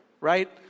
right